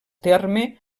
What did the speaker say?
terme